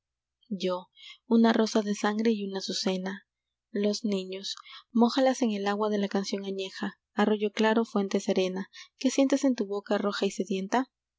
yo una rosa de sangre y una azucena los niños mójalas en el agua de la canción añeja arroyo claro fuente serena qué sientes en tu boca roja y sedienta